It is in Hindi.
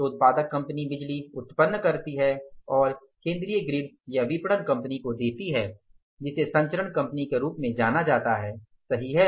तो उत्पादक कंपनी बिजली उत्पन्न करती है और केंद्रीय ग्रिड या विपणन कंपनी को देती है जिसे संचरण कंपनी के रूप में जाना जाता है सही है